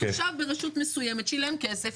ברשות מקומית שילם כסף,